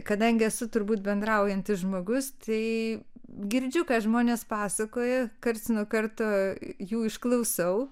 kadangi esu turbūt bendraujantis žmogus tai girdžiu ką žmonės pasakoja karts nuo karto jų išklausau